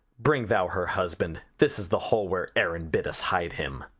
bring thou her husband. this is the hole where aaron bid us hide him.